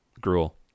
gruel